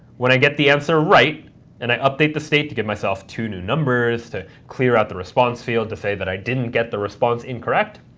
when i get the answer right and i update the state to give myself two new numbers, to clear out the response field, to say that i didn't get the response incorrect,